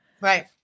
Right